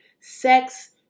sex